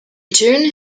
june